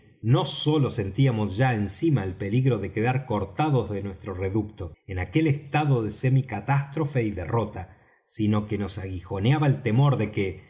no sólo sentíamos ya encima el peligro de quedar cortados de nuestro reducto en aquel estado de semicatástrofe y derrota sino que nos aguijoneaba el temor de que